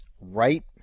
Right